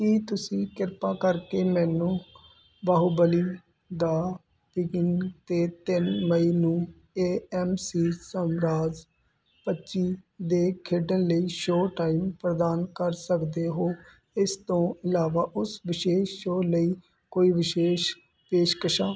ਕੀ ਤੁਸੀਂ ਕਿਰਪਾ ਕਰਕੇ ਮੈਨੂੰ ਬਾਹੂਬਲੀ ਦ ਬਿਗਿਨਿੰਗ ਅਤੇ ਤਿੰਨ ਮਈ ਨੂੰ ਏ ਐਮ ਸੀ ਸਾਮਰਾਜ ਪੱਚੀ ਤੇ ਖੇਡਣ ਲਈ ਸ਼ੋਅ ਟਾਈਮ ਪ੍ਰਦਾਨ ਕਰ ਸਕਦੇ ਹੋ ਇਸ ਤੋਂ ਇਲਾਵਾ ਉਸ ਵਿਸ਼ੇਸ਼ ਸ਼ੋਅ ਲਈ ਕੋਈ ਵਿਸ਼ੇਸ਼ ਪੇਸ਼ਕਸ਼ਾਂ